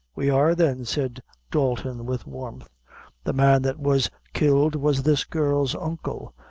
we are, then, said dalton, with warmth the man that was killed was this girl's uncle,